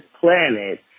planet